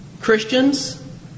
Christians